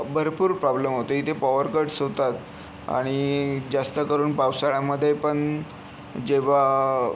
भरपूर प्रॉब्लेम होते इथे पॉवर कट्स होतात आणि जास्त करून पावसाळ्यामध्ये पण जेव्हा